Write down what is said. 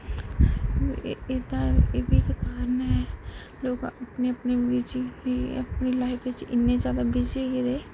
एह्दा एह् बी इक कारण ऐ लोग अपने अपने बिजी अपनी अपनी लाईफ च इन्ने जादा बिजी होई गेदे